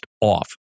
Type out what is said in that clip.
off